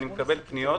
אני מקבל פניות,